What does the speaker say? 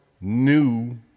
new